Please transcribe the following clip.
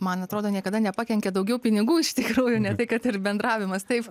man atrodo niekada nepakenkia daugiau pinigų iš tikrųjų ne tai kad ir bendravimas taip